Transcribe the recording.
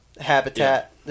habitat